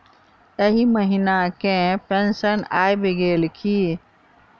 एहि महीना केँ पेंशन आबि गेल की